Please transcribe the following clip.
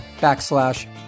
backslash